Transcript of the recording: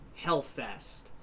Hellfest